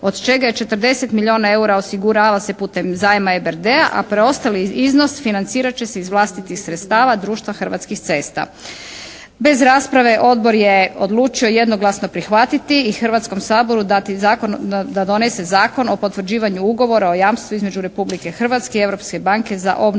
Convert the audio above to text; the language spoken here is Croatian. od čega je 40 milijuna eura osigurava se putem zajma EBRD-a a preostali iznos financirat će se iz vlastitih sredstava društva Hrvatskih cesta. Bez rasprave odbor je odlučio jednoglasno prihvatiti i Hrvatskom saboru dati da donese Zakon o potvrđivanju Ugovora o jamstvu između Republike Hrvatske i Europske banke za obnovu